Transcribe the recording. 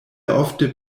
ofte